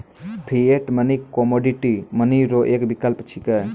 fiat money commodity money रो एक विकल्प छिकै